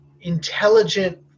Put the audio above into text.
intelligent